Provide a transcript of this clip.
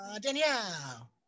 Danielle